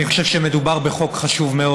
אני חושב שמדובר בחוק חשוב מאוד.